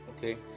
okay